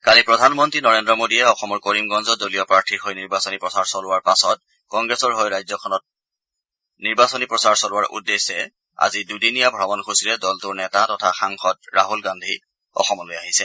কালি প্ৰধানমন্ত্ৰী নৰেন্দ্ৰ মোদীয়ে কৰিমগঞ্জত দলীয় প্ৰাৰ্থীৰ হৈ নিৰ্বাচনী প্ৰচাৰ চলোৱাৰ পাছত কংগ্ৰেছৰ হৈ ৰাজ্যখনত নিৰ্বাচনী প্ৰচাৰ চলোৱাৰ উদ্দেশ্যে আজি দুদিনীয়া ভ্ৰমণ সূচীৰে দলটোৰ নেতা তথা সাংসদ ৰাহুল গান্ধী অসমলৈ আহিছে